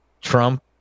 Trump